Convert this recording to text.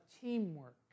teamwork